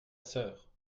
sœur